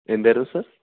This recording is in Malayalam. എന്തായിരുന്നു സർ